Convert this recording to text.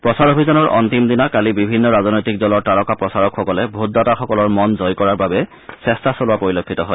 প্ৰচাৰ অভিযানৰ অন্তিম দিনা কালি বিভিন্ন ৰাজনৈতিক দলৰ তাৰকা প্ৰচাৰকসকলে ভোটদাতাসকলৰ মন জয় কৰাৰ বাবে চেষ্টা চলোৱা পৰিলক্ষিত হয়